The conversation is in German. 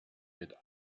mit